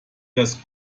das